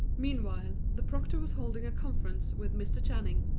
meanwhile, the proctor was holding a conference with mr. channing.